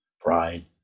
pride